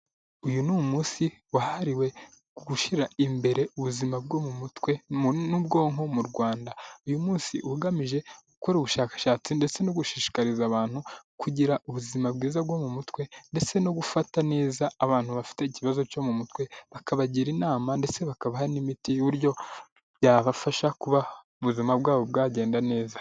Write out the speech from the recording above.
Uyu ni umunsi wahariwe gushyira imbere ubuzima bwo mu mutwe n'ubwonko mu rwanda; uyu munsi ugamije gukora ubushakashatsi ndetse no gushishikariza abantu kugira ubuzima bwiza bwo mu mutwe ndetse no gufata neza abantu bafite ikibazo cyo mu mutwe; bakabagira inama ndetse bakabaha n'imiti y'uburyo byabafasha kuba ubuzima bwabo bwagenda neza.